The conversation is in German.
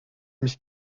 mich